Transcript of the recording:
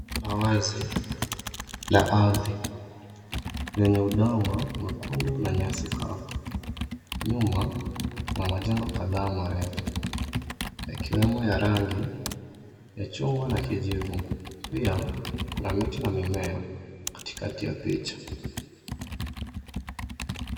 Ua wazi ya ardhi yenye udongo mwekundu na nyasi kavu. Nyuma kuna majengo kadhaa marefu, yakiwemo ya rangi ya chungwa na kijivu. Pia kuna miti na mimea katikati ya picha.